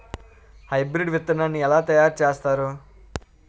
Hybrid విత్తనాన్ని ఏలా తయారు చేస్తారు?